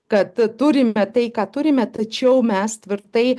kad turime tai ką turime tačiau mes tvirtai